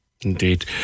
Indeed